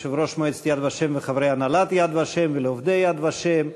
ליושב-ראש מועצת "יד ושם" וחברי הנהלת "יד ושם" ולעובדי "יד ושם",